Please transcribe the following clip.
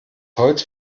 holz